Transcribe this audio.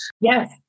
Yes